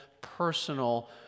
personal